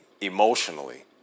emotionally